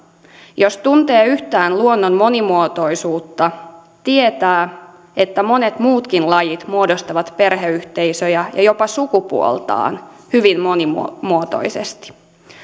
jos tuntee yhtään luonnon monimuotoisuutta tietää että monet muutkin lajit muodostavat perheyhteisöjä ja jopa sukupuoltaan hyvin monimuotoisesti